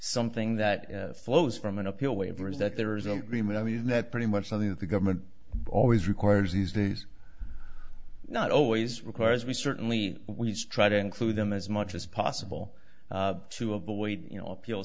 something that flows from an appeal waiver is that there is a dream and i mean that pretty much something that the government always requires these days not always require as we certainly weeds try to include them as much as possible to avoid you know appeal